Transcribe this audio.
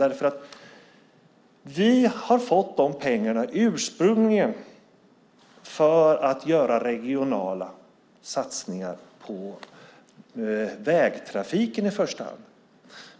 Vi har ursprungligen fått de pengarna för att göra regionala satsningar på vägtrafiken i första hand.